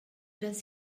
does